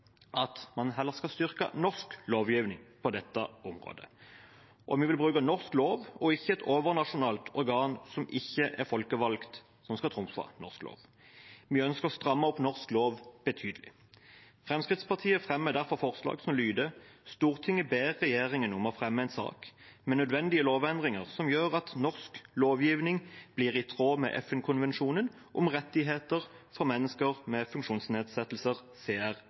at vi heller skal styrke norsk lovgivning på dette området. Vi vil bruke norsk lov og ikke et overnasjonalt organ, som ikke er folkevalgt, som skal trumfe norsk lov. Vi ønsker å stramme opp norsk lov betydelig. Fremskrittspartiet fremmer derfor et forslag som lyder: «Stortinget ber regjeringen om å fremme en sak med nødvendige lovendringer som gjør at norsk lovgivning blir i tråd med FN-konvensjonen om rettigheter for mennesker med funksjonsnedsettelser